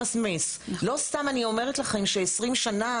לא סתם אני אומרת לכם ש-20 שנה,